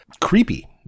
creepy